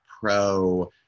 pro